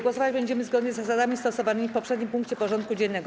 Głosować będziemy zgodnie z zasadami stosowanymi w poprzednim punkcie porządku dziennego.